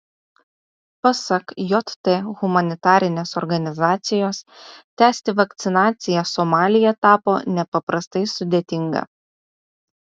pasak jt humanitarinės organizacijos tęsti vakcinaciją somalyje tapo nepaprastai sudėtinga